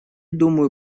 думаю